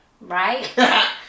Right